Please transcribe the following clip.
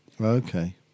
Okay